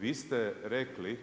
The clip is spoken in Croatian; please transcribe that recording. vi ste rekli